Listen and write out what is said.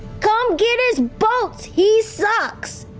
come get his boats! he sucks!